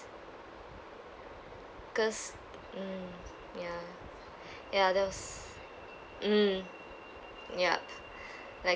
cause mm ya ya that was mm yup like